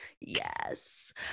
Yes